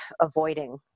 avoiding